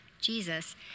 Jesus